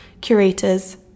curators